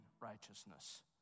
righteousness